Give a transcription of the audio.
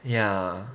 ya